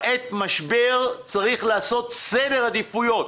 בעת משבר צריך לעשות סדר עדיפויות.